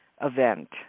event